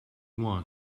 want